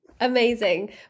Amazing